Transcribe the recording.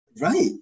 Right